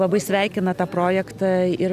labai sveikina tą projektą ir